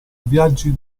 viaggi